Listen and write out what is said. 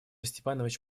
степанович